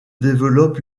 développe